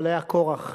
אבל היה כורח אצלנו,